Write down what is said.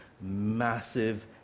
massive